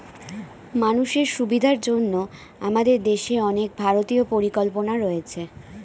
মানুষের সুবিধার জন্য আমাদের দেশে অনেক ভারতীয় পরিকল্পনা রয়েছে